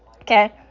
Okay